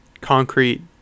concrete